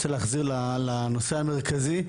רוצה להחזיר לנושא המרכזי,